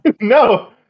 No